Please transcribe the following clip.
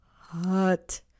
hot